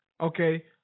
okay